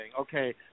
Okay